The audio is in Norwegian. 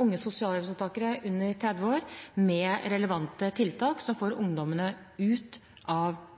unge sosialhjelpsmottakere under 30 år med relevante tiltak som får dem ut av